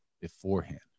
beforehand